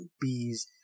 bees